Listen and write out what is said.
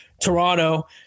Toronto